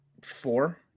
Four